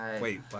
wait